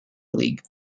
league